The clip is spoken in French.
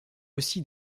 aussi